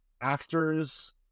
actors